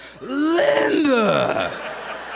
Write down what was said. Linda